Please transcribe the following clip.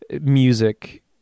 music